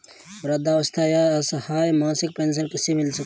वृद्धावस्था या असहाय मासिक पेंशन किसे नहीं मिलती है?